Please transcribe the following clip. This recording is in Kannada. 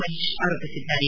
ಮಹೇಶ್ ಆರೋಪಿಸಿದ್ದಾರೆ